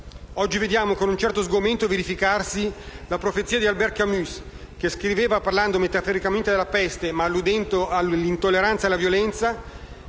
Oggi vediamo con un certo sgomento verificarsi la profezia di Albert Camus che, parlando metaforicamente della peste ma alludendo all'intolleranza e alla violenza,